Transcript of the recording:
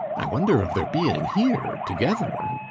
i wonder of their being here together.